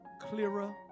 clearer